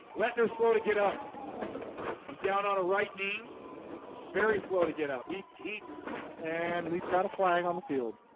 letting her slow to get up he's down on a right knee very slow to get out he feet and we've got a flag on the field.